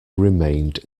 remained